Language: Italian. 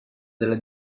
della